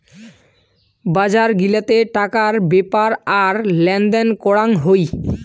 বজার গিলাতে টাকার বেপ্র আর লেনদেন করাং হই